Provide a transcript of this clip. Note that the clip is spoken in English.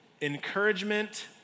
encouragement